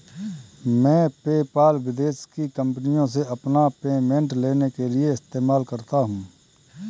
मैं पेपाल विदेश की कंपनीयों से अपना पेमेंट लेने के लिए इस्तेमाल करता हूँ